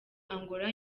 angola